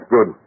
Good